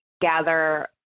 gather